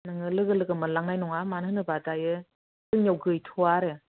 नोङो लोगो लोगो मोनलांनाय नङा मानो होनोब्ला दायो जोंनिआव गैथ'आ आरो